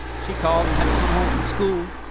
she called and had to come home from school.